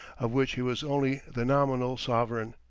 of which he was only the nominal sovereign.